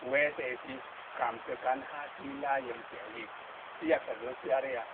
we̱e̱sa esi kamtə kan haa sa i laa yonkiya iiz, sə yaksa zok pu areya?